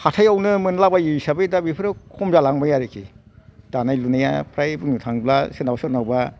हाथायावनो मोनला बायो हिसाबै दा बेफोराव खम जालांबाय आरोखि दानाय लुनाया फ्राय बुंनो थाङोब्ला सोरनावबा सोरनावबा